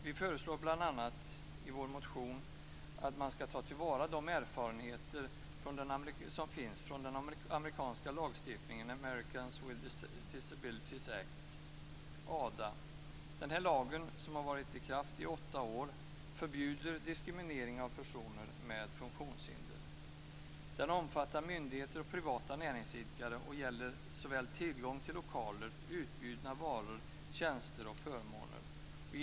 Vi föreslår bl.a. i vår motion att man skall ta till vara de erfarenheter som finns från den amerikanska lagstiftningen Americans with Disabilities Act, ADA. Denna lag, som har varit i kraft i åtta år, förbjuder diskriminering av personer med funktionshinder. Den omfattar myndigheter och privata näringsidkare och gäller såväl tillgång till lokaler som utbjudna varor, tjänster och förmåner.